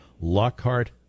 Lockhart